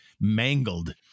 mangled